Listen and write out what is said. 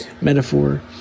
metaphor